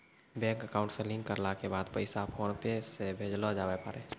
bank account से link करला के बाद पैसा फोनपे से भेजलो जावै पारै